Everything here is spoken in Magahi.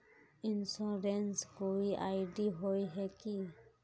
इंश्योरेंस कोई आई.डी होय है की?